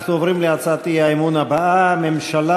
אנחנו עוברים להצעת האי-אמון הבאה: ממשלה